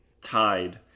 tied